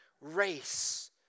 race